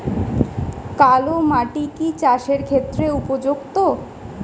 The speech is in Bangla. কালো মাটি কি চাষের ক্ষেত্রে উপযুক্ত?